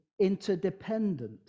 interdependent